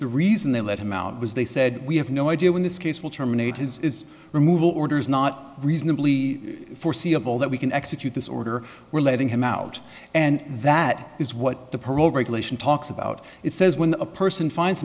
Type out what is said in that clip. the reason they let him out was they said we have no idea when this case will terminate his removal orders not reasonably foreseeable that we can execute this order we're letting him out and that is what the parole regulation talks about it says when a person finds